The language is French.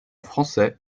français